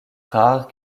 rares